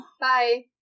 Bye